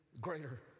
greater